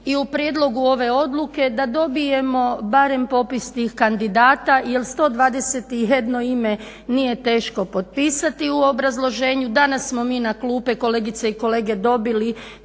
i u prijedlogu ove odluke da dobijemo barem popis tih kandidata jer 121 ime nije teško potpisati u obrazloženju. Danas smo mi na klupe kolegice i kolege dobili